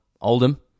Oldham